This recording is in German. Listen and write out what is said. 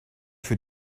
für